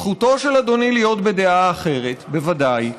זכותו של אדוני להיות בדעה אחרת, בוודאי,